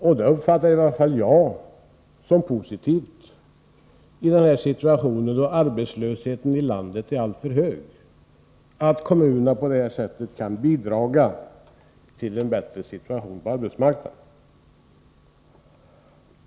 Och i varje fall jag uppfattar det som positivt att kommunerna i den här situationen, då arbetslösheten i landet är alltför hög, på det här sättet kan bidra till en bättre situation på arbetsmarknaden.